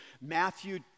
Matthew